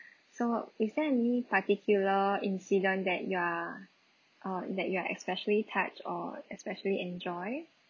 so is there any particular incident that you are uh that you are especially touch or especially enjoy